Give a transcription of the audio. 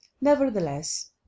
nevertheless